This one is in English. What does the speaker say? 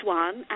one